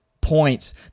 points